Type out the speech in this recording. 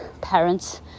parents